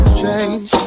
change